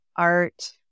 Art